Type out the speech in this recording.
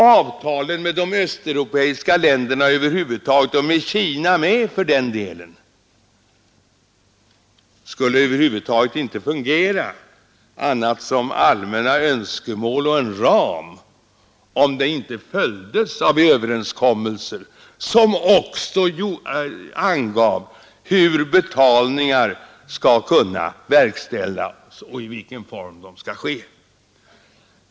Avtalen med de östeuropeiska länderna över huvud taget, och även med Kina för den delen, skulle inte fungera annat än som allmänna önskemål och en ram, om de inte följdes upp av överenskommelser som också angav hur betalningar skall kunna verkställas och i vilken form det skall ske.